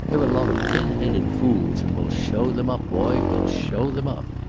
they're a lot of pin-headed fools, and we'll show them up, boy. we'll show them up.